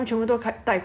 but that time